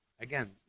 Again